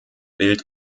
bild